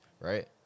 right